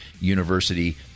University